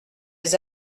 les